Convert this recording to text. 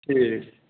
ठीक